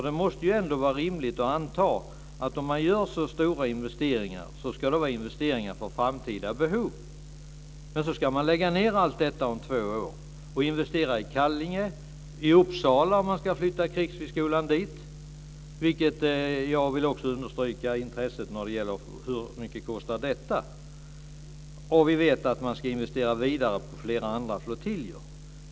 Det måste ju ändå vara rimligt att anta att om man gör så stora investeringar ska det vara investeringar för framtida behov. Men så ska man lägga ned allt detta om två år och investera i Kallinge och i Uppsala, om man nu ska flytta Krigshögskolan dit. Jag vill också understryka mitt intresse när det gäller hur mycket detta kostar. Vi vet också att man ska investera vidare på flera andra flottiljer.